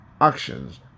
actions